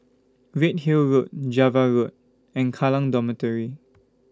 Redhill Road Java Road and Kallang Dormitory